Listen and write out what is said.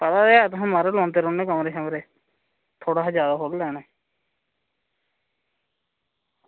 पता ते ऐ तुसेंगी म्हाराज लोआंदे रौह्ने कमरे थुआढ़े कशा जादै थोह्ड़े लैने